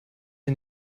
sie